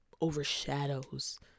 overshadows